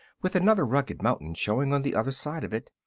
with another rugged mountain showing on the other side of it,